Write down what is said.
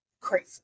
Crazy